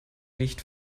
nicht